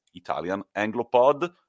ItalianAngloPod